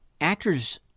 Actors